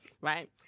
right